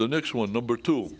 the next one number two